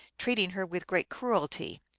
treating her with great cruelty.